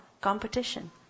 Competition